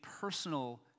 personal